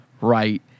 right